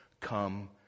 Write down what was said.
come